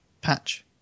patch